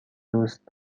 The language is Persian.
دوست